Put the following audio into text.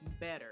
better